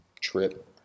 trip